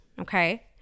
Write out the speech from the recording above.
okay